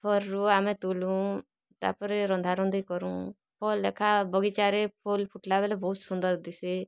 ଫଲ୍ରୁ ଆମେ ତୋଲୁଁ ତାପରେ ରନ୍ଧା ରୁନ୍ଧି କରୁଁ ଫଲ୍ ଏଖା ବଗିଚାରେ ଫୁଲ୍ ଫୁଟ୍ଲା ବେଲେ ବହୁତ୍ ସୁନ୍ଦର୍ ଦିସେ